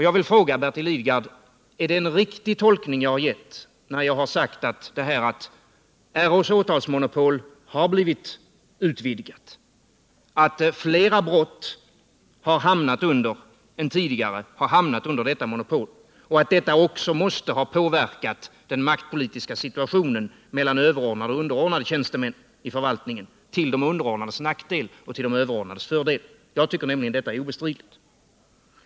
Jag vill fråga Bertil Lidgard: Är det en riktig tolkning jag gjort när jag sagt att RÅ:s åtalsmonopol har blivit utvidgat, att flera brott än tidigare har hamnat under detta monopol och att detta också måste ha påverkat den maktpolitiska situationen mellan överordnade och underordnade tjänstemän inom förvaltningen till de underordnades nackdel och de överordnades fördel? Jag tycker nämligen att detta är obestridligt.